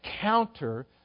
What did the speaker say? counter